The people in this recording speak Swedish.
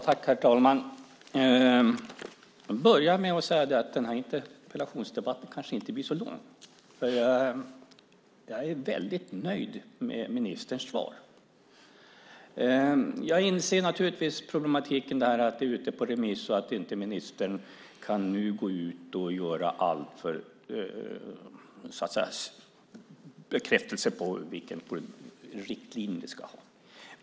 Herr talman! Jag vill börja med att säga att den här interpellationsdebatten kanske inte blir så lång. Jag är väldigt nöjd med ministerns svar. Jag inser naturligtvis problematiken med att frågan är ute på remiss och att ministern inte nu kan gå ut och bekräfta vilken riktlinje vi ska ha.